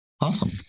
Awesome